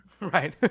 Right